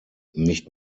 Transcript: nicht